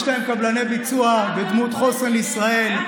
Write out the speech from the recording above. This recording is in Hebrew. יש קבלני ביצוע בדמות חוסן לישראל,